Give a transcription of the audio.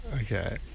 Okay